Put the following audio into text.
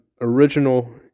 original